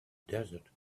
desert